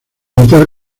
militar